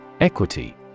Equity